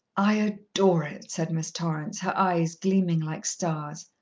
i adore it, said miss torrance, her eyes gleaming like stars.